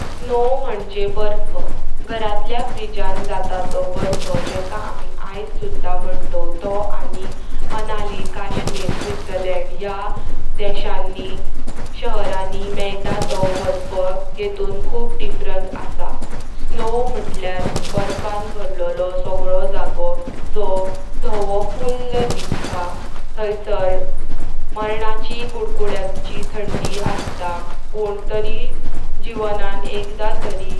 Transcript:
स्नो म्हणजे बर्फ, घरातल्या फ्रिज जातलो बर्फ जेका आम्ही आईस सुधा मंतोव तो आणी मनाली, कश्मीर, स्वित्झर्लंड या देशानी शहरानी मेइत तो बर्फ येतून खूप डिफरन्स असा। स्नो मुठल्यार बर्फान भरलो सगळो जागो जो धावो फुळ्ल दिसता थैसर मरणाची कूडकुड्याचो थंडी अस्त। पण तरीर जिवानन एकदा तरी